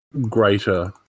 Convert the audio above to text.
greater